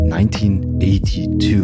1982